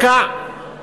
זה רקע לצמיחתה,